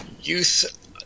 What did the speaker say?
youth